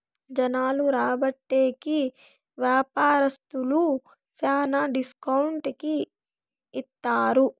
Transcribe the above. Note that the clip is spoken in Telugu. జనాలు రాబట్టే కి వ్యాపారస్తులు శ్యానా డిస్కౌంట్ కి ఇత్తారు